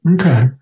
Okay